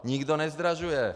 Nikdo nezdražuje.